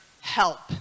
help